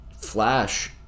flash